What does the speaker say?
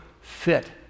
fit